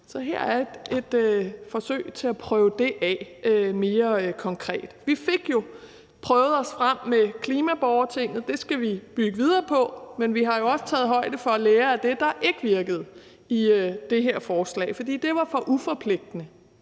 Så her er et forsøg på at prøve det af mere konkret. Vi fik jo prøvet os frem med klimaborgertinget, og det skal vi bygge videre på, men vi har jo også taget højde for at lære af det, der ikke virkede, i det her forslag, for det var for uforpligtende.